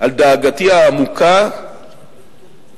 דאגתי הארוכה